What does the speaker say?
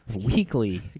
Weekly